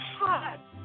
hot